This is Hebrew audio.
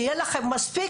למשל,